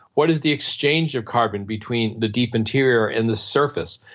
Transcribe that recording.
what is the exchange of carbon between the deep interior and the surface?